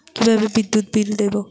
কিভাবে বিদ্যুৎ বিল দেবো?